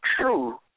true